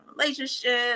relationship